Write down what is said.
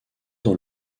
dans